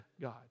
God